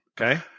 Okay